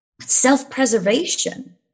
self-preservation